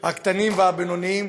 הקטנים והבינוניים,